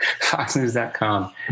foxnews.com